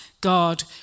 God